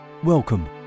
Welcome